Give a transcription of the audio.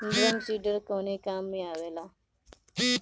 Drum seeder कवने काम में आवेला?